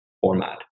format